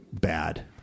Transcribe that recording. bad